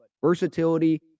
versatility